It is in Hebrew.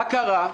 מה קרה?